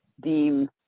deem